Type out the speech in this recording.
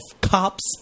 cops